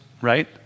right